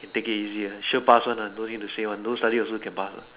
you can take it easy uh sure pass one uh don't need to say one no study also can pass what